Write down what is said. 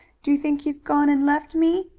do you think he's gone and left me?